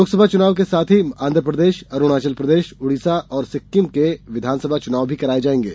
लोकसभा चुनाव के साथ ही आन्ध्रप्रदेश अरूणाचलप्रदेश ओडिशा और सिक्किम के विधानसभा चुनाव भी कराये जायेंगे